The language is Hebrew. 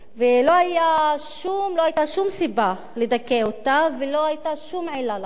לא היתה שום סיבה לדכא אותה ולא היתה שום עילה לחשוש